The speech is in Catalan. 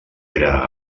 era